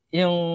yung